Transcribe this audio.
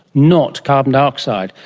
not carbon dioxide.